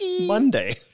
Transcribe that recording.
Monday